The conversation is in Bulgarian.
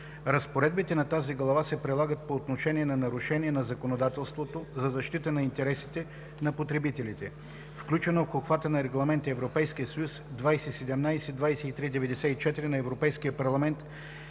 Разпоредбите на тази глава се прилагат по отношение на нарушения на законодателството за защита на интересите на потребителите, включено в обхвата на Регламент (ЕС) 2017/2394 на Европейския парламент